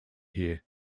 here